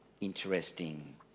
interesting